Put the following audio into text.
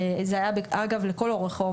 זה היה אגב לכל אורך האומיקרון.